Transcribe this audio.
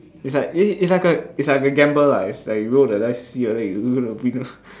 is like eh is like a is like a gamble lah it's like you roll the dice see whether you gonna win or not